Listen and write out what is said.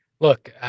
Look